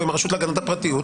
או עם הרשות להגנת הפרטיות,